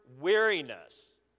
weariness